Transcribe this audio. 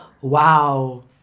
Wow